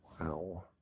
Wow